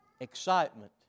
excitement